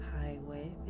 highway